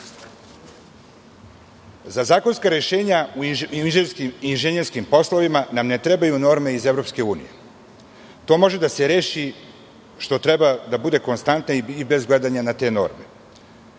zakonska rešenja u inženjerskim poslovima nam ne trebaju norme iz EU. To može da se reši i to treba da bude konstanta i bez gledanja na te norme,